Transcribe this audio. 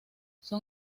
son